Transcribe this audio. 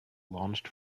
launched